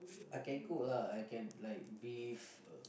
I can cook lah I can like beef uh